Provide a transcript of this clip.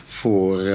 voor